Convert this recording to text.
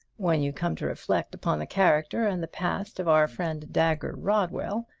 when you come to reflect upon the character and the past of our friend dagger rodwell,